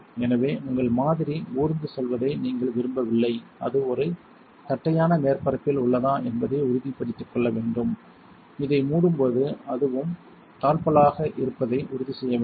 எனவே உங்கள் மாதிரி ஊர்ந்து செல்வதை நீங்கள் விரும்பவில்லை அது ஒரு தட்டையான மேற்பரப்பில் உள்ளதா என்பதை உறுதிப்படுத்திக் கொள்ள வேண்டும் இதை மூடும்போது அதுவும் தாழ்ப்பாள்களாக இருப்பதை உறுதிசெய்ய வேண்டும்